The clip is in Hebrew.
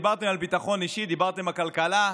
דיברתם על ביטחון אישי, דיברתם על כלכלה,